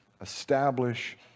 establish